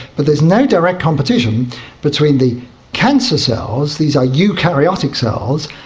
but there is no direct competition between the cancer cells, these are eukaryotic cells,